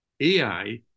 AI